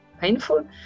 painful